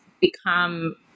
become